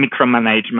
micromanagement